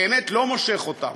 באמת לא מושך אותם.